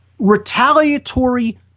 retaliatory